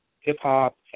hip-hop